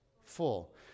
full